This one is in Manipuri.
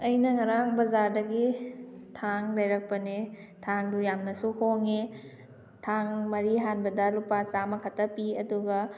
ꯑꯩꯅ ꯉꯔꯥꯡ ꯕꯖꯥꯔꯗꯒꯤ ꯊꯥꯡ ꯂꯩꯔꯛꯄꯅꯦ ꯊꯥꯡꯗꯨ ꯌꯥꯝꯅꯁꯨ ꯍꯣꯡꯉꯦ ꯊꯥꯡ ꯃꯔꯤ ꯍꯥꯟꯕꯗ ꯂꯨꯄꯥ ꯆꯥꯝꯃ ꯈꯛꯇ ꯄꯤ ꯑꯗꯨꯒ